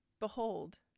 Behold